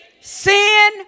Sin